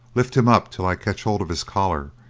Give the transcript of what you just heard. lift him up till i catch hold of his collar,